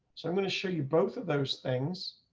so i'm going to show you both of those things.